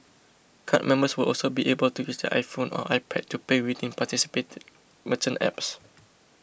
card members will also be able to use their iPhone or iPad to pay within participating merchant apps